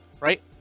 Right